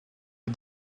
des